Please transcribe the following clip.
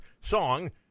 song